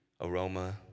aroma